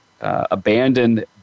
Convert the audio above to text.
abandoned